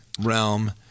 realm